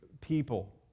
people